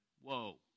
Whoa